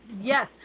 Yes